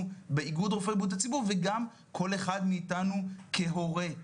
באיגוד רופאי בריאות הציבור וגם כל אחד מאתנו כהורה.